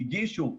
הגישו,